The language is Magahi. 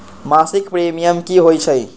मासिक प्रीमियम की होई छई?